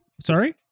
Sorry